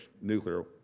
nuclear